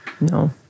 No